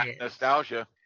Nostalgia